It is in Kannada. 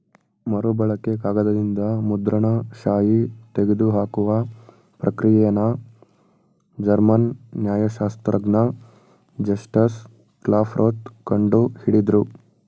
ಮರುಬಳಕೆ ಕಾಗದದಿಂದ ಮುದ್ರಣ ಶಾಯಿ ತೆಗೆದುಹಾಕುವ ಪ್ರಕ್ರಿಯೆನ ಜರ್ಮನ್ ನ್ಯಾಯಶಾಸ್ತ್ರಜ್ಞ ಜಸ್ಟಸ್ ಕ್ಲಾಪ್ರೋತ್ ಕಂಡು ಹಿಡುದ್ರು